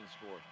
score